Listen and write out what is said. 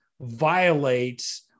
violates